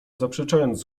zaprzeczając